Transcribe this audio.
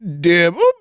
devil